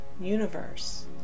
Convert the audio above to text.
Universe